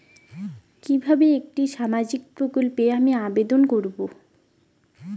কিভাবে একটি সামাজিক প্রকল্পে আমি আবেদন করব?